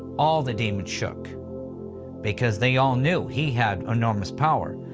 all of the demons shook because they all knew he had enormous power.